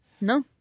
No